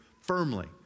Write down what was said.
firmly